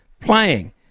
playing